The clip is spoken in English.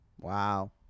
Wow